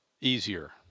easier